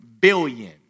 billion